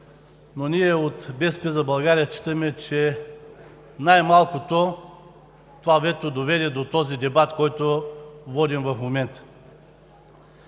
но ние от „БСП за България“ считаме, че най малкото това вето доведе до този дебат, който водим в момента.